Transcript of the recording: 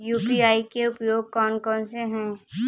UPI के उपयोग कौन कौन से हैं?